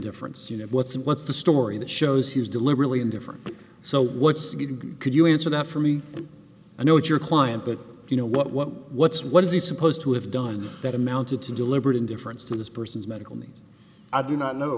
indifference you know what's what's the story that shows he's deliberately indifferent so what's the big could you answer that for me i know it's your client but you know what what what's what is he supposed to have done that amounted to deliberate indifference to this person's medical needs i do not know